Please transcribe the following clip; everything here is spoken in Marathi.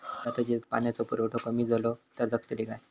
ही भाताची जात पाण्याचो पुरवठो कमी जलो तर जगतली काय?